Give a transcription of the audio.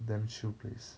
damn shiok place